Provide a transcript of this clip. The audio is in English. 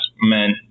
meant